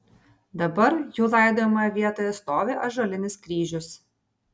dabar jų laidojimo vietoje stovi ąžuolinis kryžius